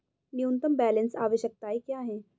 न्यूनतम बैलेंस आवश्यकताएं क्या हैं?